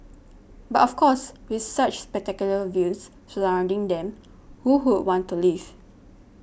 but of course with such spectacular views surrounding them who would want to leave